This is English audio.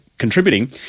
Contributing